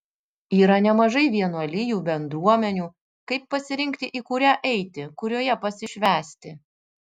yra nemažai vienuolijų bendruomenių kaip pasirinkti į kurią eiti kurioje pasišvęsti